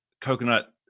coconut